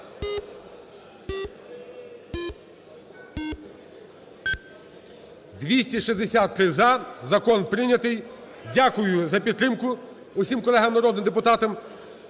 За-263 Закон прийнятий. Дякую за підтримку усім колегам народним депутатам.